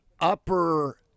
upper